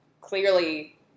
clearly